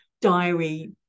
diary